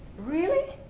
really?